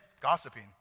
gossiping